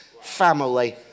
family